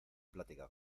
plática